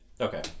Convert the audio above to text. Okay